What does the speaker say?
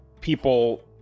people